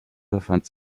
befand